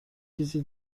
چیزی